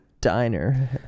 diner